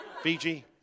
Fiji